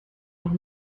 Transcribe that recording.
noch